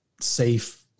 safe